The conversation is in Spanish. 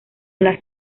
las